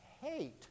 hate